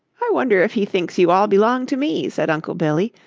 i wonder if he thinks you all belong to me? said uncle billy,